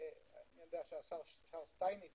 אני יודע שהשר שטייניץ